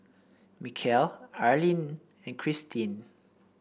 Mikel Arlyne and Christeen